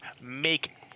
make